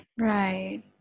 right